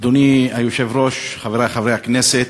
אדוני היושב-ראש, חברי חברי הכנסת,